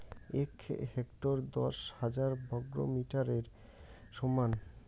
এক হেক্টর দশ হাজার বর্গমিটারের সমান